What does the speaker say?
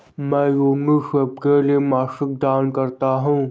मैं यूनिसेफ के लिए मासिक दान करता हूं